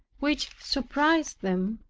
which surprised them.